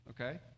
Okay